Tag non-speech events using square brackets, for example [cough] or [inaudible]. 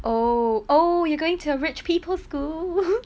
oh oh you're going to rich people school [laughs]